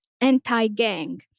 anti-gang